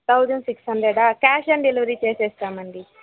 thousand six hundred ఆ cash on delivery చేసేస్తాం అండీ